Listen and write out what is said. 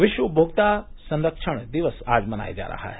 विश्व उपमोक्ता संरक्षण दिवस आज मनाया जा रहा है